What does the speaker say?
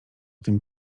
tym